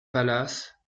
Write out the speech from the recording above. palace